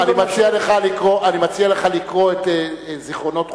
אני מציע לקרוא את זיכרונות חוסיין.